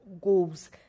goals